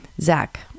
Zach